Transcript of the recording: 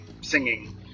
singing